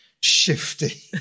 shifty